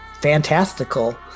fantastical